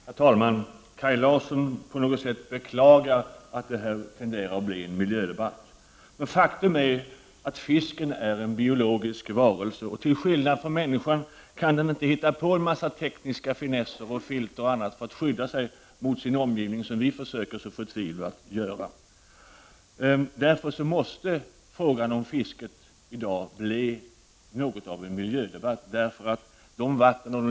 Herr talman! Kaj Larsson beklagar på något sätt att det här tenderar att bli en miljödebatt. Men faktum är att fisken är en biologisk varelse. Till skillnad från människan kan den inte hitta på en massa tekniska finesser, filter och annat för att skydda sig emot sin omgivning, som vi så förtvivlat försöker göra. Därför måste frågan om fisket i dag bli något av en miljödebatt.